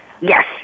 yes